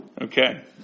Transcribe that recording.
Okay